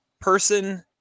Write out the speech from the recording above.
person